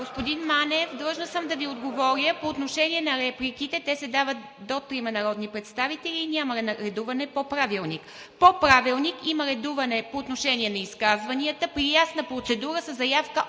Господин Манев, длъжна съм да Ви отговоря. По отношение на репликите, те се дават до трима народни представители и няма редуване по Правилник. По Правилник има редуване по отношение на изказванията при ясна процедура със заявка